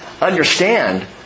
Understand